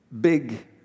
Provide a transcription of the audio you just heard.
big